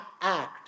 act